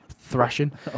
thrashing